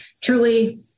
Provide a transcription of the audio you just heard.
truly